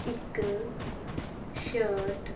ਇੱਕ ਸ਼ਰਟ